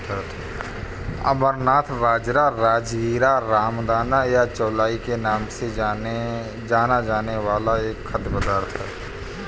अमरनाथ बाजरा, राजगीरा, रामदाना या चौलाई के नाम से जाना जाने वाला एक खाद्य पदार्थ है